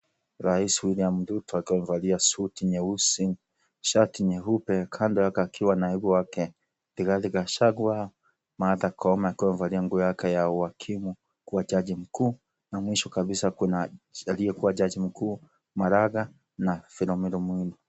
Rais William Ruto akiwa amevalia suti nyeusi shati nyeupe, kando yake akiwa naibu wake Rigathi Gachagua, Martha Koome akiwa amevalia nguo yake ya uwakili kuwa jaji mkuu na mwisho kabisa kuna aliyekua jaji mkuu Maraga na Philomena Mwilu.